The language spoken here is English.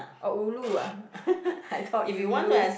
oh ulu ah I thought ulu